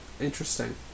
Interesting